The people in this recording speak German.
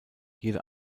jede